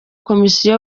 komisiyo